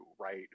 right